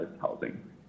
housing